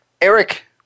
Eric